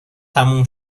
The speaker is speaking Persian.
تموم